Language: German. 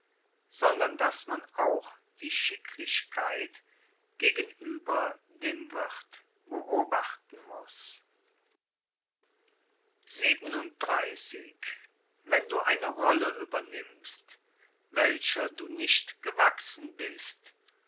sondern daß man auch die schicklichkeit gegenüber dem wirth beobachten muß ne sutor ultra crepidam xxxvii wenn du eine rolle übernimmst welcher du nicht gewachsen bist